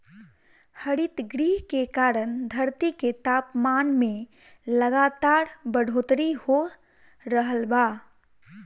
हरितगृह के कारण धरती के तापमान में लगातार बढ़ोतरी हो रहल बा